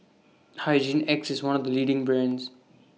Hygin X IS one of The leading brands